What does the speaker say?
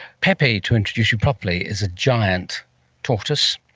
pepe, to introduce you properly, is a giant tortoise,